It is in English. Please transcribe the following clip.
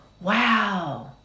Wow